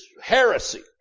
heresy